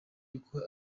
yuko